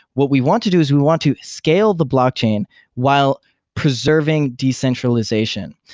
what we want to do is we want to scale the blockchain while preserving decentralization.